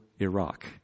Iraq